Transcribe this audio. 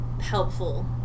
helpful